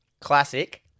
Classic